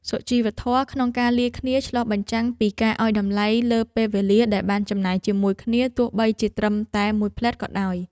សុជីវធម៌ក្នុងការលាគ្នាឆ្លុះបញ្ចាំងពីការឱ្យតម្លៃលើពេលវេលាដែលបានចំណាយជាមួយគ្នាទោះបីជាត្រឹមតែមួយភ្លែតក៏ដោយ។